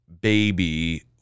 baby